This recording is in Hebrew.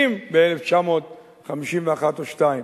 60 ב-1951 או 1952,